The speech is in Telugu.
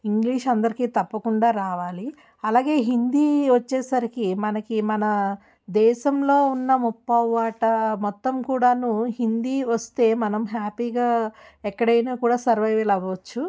ఇంగ్లీష్ అందరికీ తప్పకుండా రావాలి అలాగే హిందీ వచ్చేసరికి మనకి మన దేశంలో ఉన్న ముప్పావు వాటా మొత్తం కూడాను హిందీ వస్తే మనం హ్యాపీగా ఎక్కడైనా కూడా సర్వైవల్ అవ్వచ్చు